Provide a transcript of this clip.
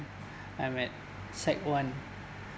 I'm at sec one